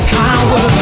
power